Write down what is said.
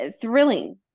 Thrilling